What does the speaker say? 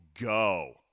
go